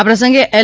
આ પ્રસંગે એલ